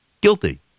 guilty